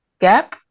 gap